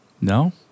No